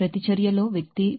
ప్రతిచర్యలో వ్యక్తీకరించబడుతుంది